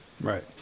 Right